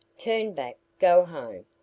turn back go home.